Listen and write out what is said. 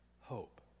hope